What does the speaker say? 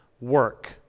work